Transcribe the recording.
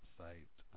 site